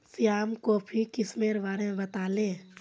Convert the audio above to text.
श्याम कॉफीर किस्मेर बारे बताले